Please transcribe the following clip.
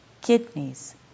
kidneys